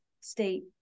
State